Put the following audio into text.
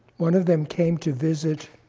one of them came to visit